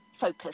focus